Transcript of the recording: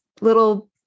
little